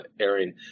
airing